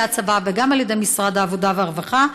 הצבא וגם על ידי משרד העבודה והרווחה.